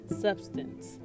Substance